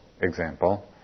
example